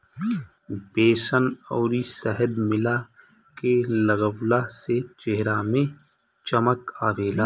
बेसन अउरी शहद मिला के लगवला से चेहरा में चमक आवेला